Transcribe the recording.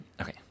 okay